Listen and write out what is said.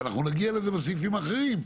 אנחנו נגיע לזה בסעיפים האחרים,